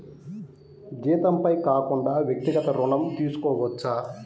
జీతంపై కాకుండా వ్యక్తిగత ఋణం తీసుకోవచ్చా?